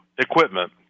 equipment